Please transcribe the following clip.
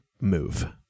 move